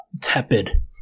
tepid